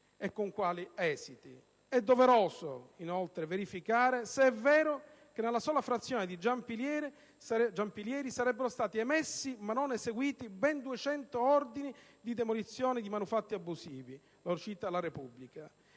inoltre, verificare se è vero che nella sola frazione di Giampilieri sarebbero stati emessi, ma non eseguiti, ben 200 ordini di demolizione di manufatti abusivi,